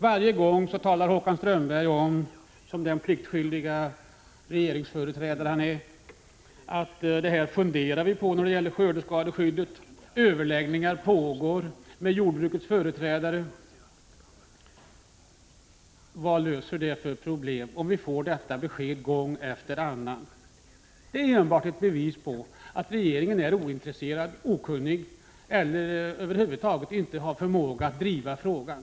Varje gång talar Håkan Strömberg om — som den pliktskyldige regeringsföreträdare han är — att man diskuterar skördeskadeskyddet, att överläggningar pågår med jordbrukets företrädare. Vilka problem löser man genom att ge oss detta besked gång efter annan? Det är enbart ett bevis på att regeringen är ointresserad, är okunnig eller över huvud taget inte har förmåga att driva frågan.